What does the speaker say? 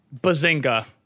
bazinga